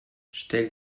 stell